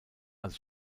als